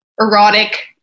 erotic